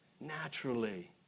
Naturally